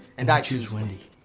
and i choose wendy.